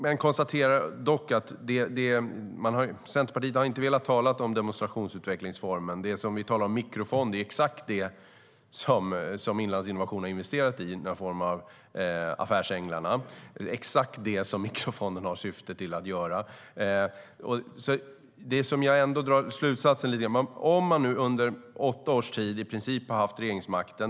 Jag konstaterar dock att Centerpartiet inte har velat tala om demonstrationsutvecklingsfonden. Mikrofond är exakt det som Inlandsinnovation har investerat i, en form av affärsänglar. Det är exakt detta som mikrofonder har som syfte att göra. Man har under åtta års tid i princip haft regeringsmakten.